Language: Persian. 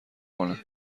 کنه